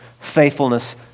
faithfulness